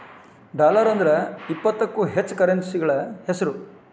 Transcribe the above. dollar ಅಂದ್ರ ಇಪ್ಪತ್ತಕ್ಕೂ ಹೆಚ್ಚ ಕರೆನ್ಸಿಗಳ ಹೆಸ್ರು